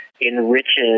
enriches